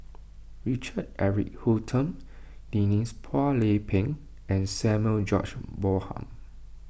Richard Eric Holttum Denise Phua Lay Peng and Samuel George Bonham